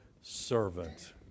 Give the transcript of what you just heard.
servant